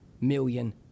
million